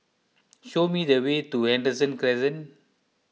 show me the way to Henderson Crescent